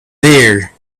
there